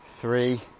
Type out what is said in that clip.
three